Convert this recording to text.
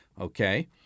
okay